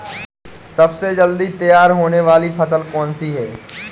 सबसे जल्दी तैयार होने वाली फसल कौन सी है?